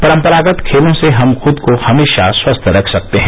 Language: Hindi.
परम्परागत खेलों से हम खुद को हमेशा स्वस्थ रख सकते हैं